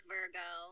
Virgo